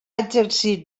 exercir